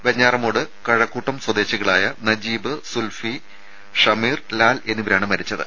വെഞ്ഞാറമൂട് കഴക്കൂട്ടം സ്വദേശികളായ നജീബ് സുൽഫി ഷമീർ ലാൽ എന്നിവരാണ് മരിച്ചത്